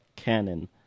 canon